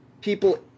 people